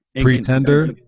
pretender